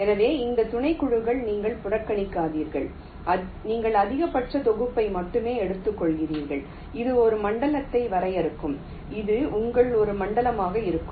எனவே இந்த துணைக்குழுக்களை நீங்கள் புறக்கணிக்கிறீர்கள் நீங்கள் அதிகபட்ச தொகுப்பை மட்டுமே எடுத்துக்கொள்கிறீர்கள் இது ஒரு மண்டலத்தை வரையறுக்கும் இது உங்கள் ஒரு மண்டலமாக இருக்கும்